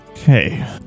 Okay